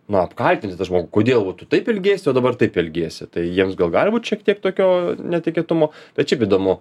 na apkaltinti tą žmogų kodėl va tu taip ilgiesi o dabar taip elgiesi tai jiems gal gali būti šiek tiek tokio netikėtumo bet šiaip įdomu